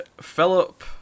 Philip